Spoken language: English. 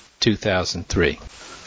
2003